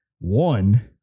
One